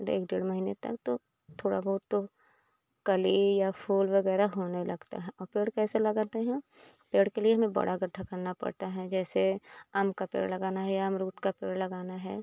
एक डेढ़ महीने तक तो थोड़ा बहुत तो कली या फूल वगैरह होने लगता है और पेड़ कैसे लगाते हैं पेड़ के लिए हमें बड़ा गढ्ढा करना पड़ता हैं जैसे आम का पेड़ लगाना है या अमरुद का पेड़ लगाना है